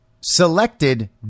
selected